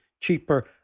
cheaper